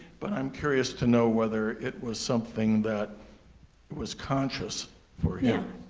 but i'm curious to know whether it was something that was conscious for you.